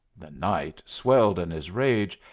the knight swelled in his rage,